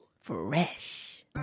Fresh